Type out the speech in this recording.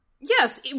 Yes